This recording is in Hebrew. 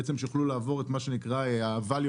בעצם כדי שיוכלו לעבור את מה שנקרה 'עמק המוות'